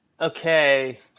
Okay